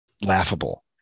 laughable